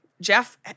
Jeff